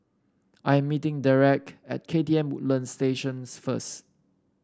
I am meeting Derrek at K T M Woodlands Station first